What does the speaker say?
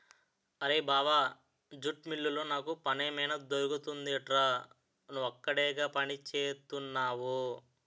అరేయ్ బావా జూట్ మిల్లులో నాకు పనేమైనా దొరుకుతుందెట్రా? నువ్వక్కడేగా పనిచేత్తున్నవు